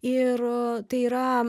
ir tai yra